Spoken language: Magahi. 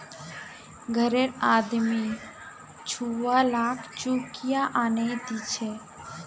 घररे आदमी छुवालाक चुकिया आनेय दीछे